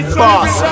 boss